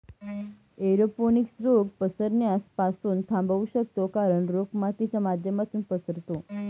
aeroponics रोग पसरण्यास पासून थांबवू शकतो कारण, रोग मातीच्या माध्यमातून पसरतो